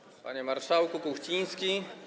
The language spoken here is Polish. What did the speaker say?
Panie Marszałku Kuchciński!